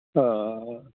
ਹਾਂ